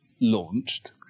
launched